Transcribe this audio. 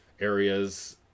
areas